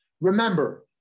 Remember